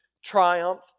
triumph